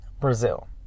Brazil